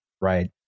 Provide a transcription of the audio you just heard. right